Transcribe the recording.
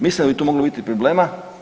Mislim da bi tu moglo biti problema.